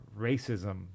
racism